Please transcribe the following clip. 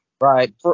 Right